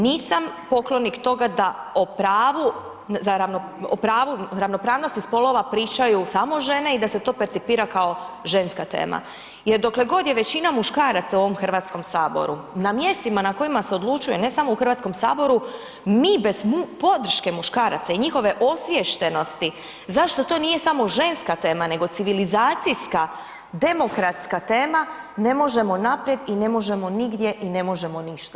Nisam poklonik toga da o pravu ravnopravnosti spolova pričaju samo žene i da se to percipira kao ženska tema jer dokle god je većina muškaraca u ovom Hrvatskom saboru na mjestima na kojima se odlučuje ne samo u Hrvatskom saboru, mi bez podrške muškaraca i njihove osviještenosti zašto to nije samo ženska tema nego civilizacijska, demokratska tema, ne možemo naprijed i ne možemo nigdje i ne možemo ništa.